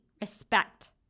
respect